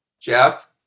Jeff